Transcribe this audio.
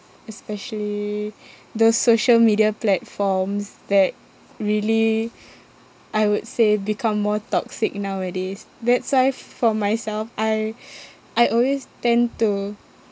especially the social media platforms that really I would say become more toxic nowadays that's why f~ for myself I I always tend to